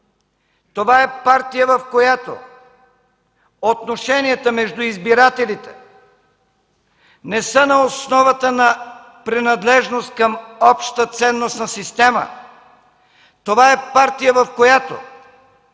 Това е партия, в която отношенията между избирателите не са на основата на принадлежност към обща ценностна система. Това е партия, в която